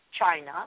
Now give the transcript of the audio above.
China